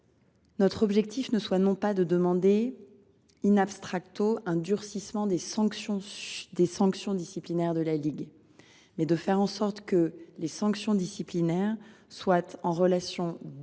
notre objectif soit non pas de demander un durcissement des sanctions disciplinaires de la Ligue, mais de faire en sorte que les sanctions disciplinaires soient en relation directe